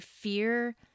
fear